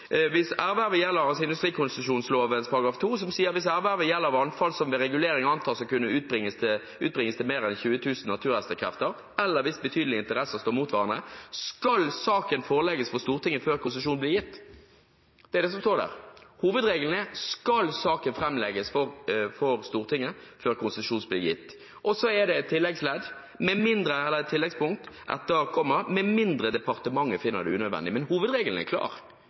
ervervet gjelder vannfall som ved regulering antas å kunne utbringes til mer enn 20.000 naturhestekrefter, eller hvis betydelige interesser står mot hverandre, skal saken forelegges for Stortinget før konsesjon blir gitt». Det er det som står der – hovedregelen er at saken skal framlegges for Stortinget før konsesjon blir gitt. Og så er det et tilleggspunkt etter komma: «med mindre departementet finner det unødvendig.» Men hovedregelen er klar: